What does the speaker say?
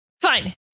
Fine